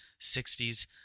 60s